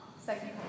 Second